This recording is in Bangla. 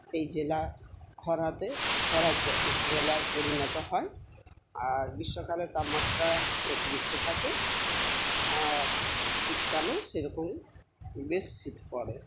সেই জেলা খরাতে খরার জেলায় পরিণত হয় আর গ্রীষ্মকালে তাপমাত্রা অতিরিক্ত থাকে আর শীতকালেও সেইরকমই বেশ শীত পড়ে